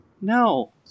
No